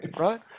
right